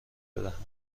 بدهم